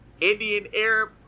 Indian-Arab